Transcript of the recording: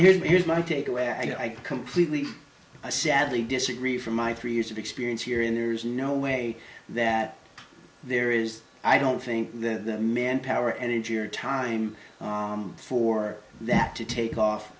but here is my takeaway i completely i sadly disagree from my three years of experience here and there's no way that there is i don't think that the manpower energy or time for that to take off